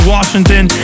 Washington